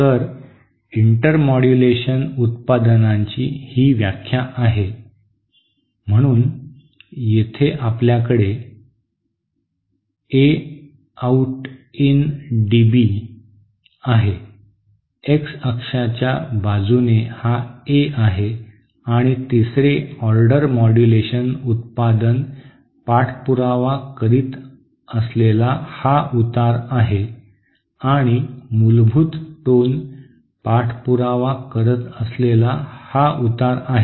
तर इंटरमोड्यूलेशन उत्पादनांची ही व्याख्या आहे म्हणून येथे आपल्याकडे ए आऊट इन डीबी आहे एक्स अक्षाच्या बाजूने हा ए आहे आणि तिसरे ऑर्डर मॉड्यूलेशन उत्पादन पाठपुरावा करत असलेला हा उतार आहे आणि मूलभूत टोन पाठपुरावा करत असलेला हा उतार आहे